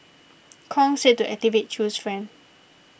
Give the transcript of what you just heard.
Kong said to activate Chew's friend